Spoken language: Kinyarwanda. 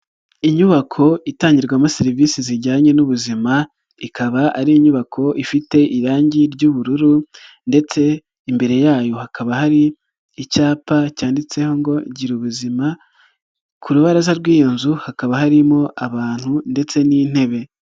Inyubako itangirwamo serivisi zijyanye n'ubuzima ikaba ari inyubako ifite irangi ry'ubururu ndetse imbere yayo hakaba hari icyapa cyanditseho ngo gira ubuzima, ku rubaraza rw'iyo nzu hakaba harimo abantu ndetse n'intebe.